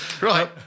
Right